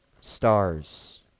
stars